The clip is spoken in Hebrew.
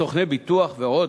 סוכני ביטוח ועוד,